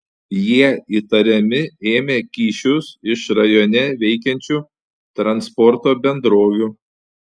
jie įtariami ėmę kyšius iš rajone veikiančių transporto bendrovių